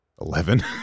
Eleven